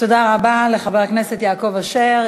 תודה רבה לחבר הכנסת יעקב אשר.